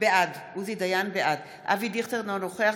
בעד אבי דיכטר, אינו נוכח